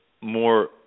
more